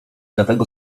dlatego